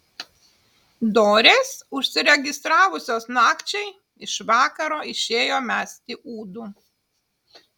dorės užsiregistravusios nakčiai iš vakaro išėjo mesti ūdų